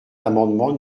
l’amendement